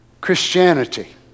Christianity